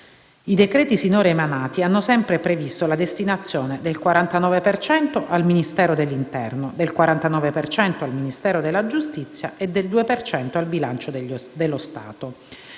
I decreti sinora emanati hanno sempre previsto la destinazione del 49 per cento al Ministero dell'interno, del 49 per cento al Ministero della giustizia e del 2 per cento al bilancio dello Stato.